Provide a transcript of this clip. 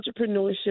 entrepreneurship